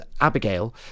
abigail